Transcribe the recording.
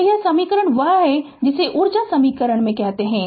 तो यह समीकरण वह है जिसे ऊर्जा समीकरण में कहते हैं